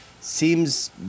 Seems